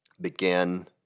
begin